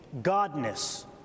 Godness